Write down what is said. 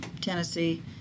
Tennessee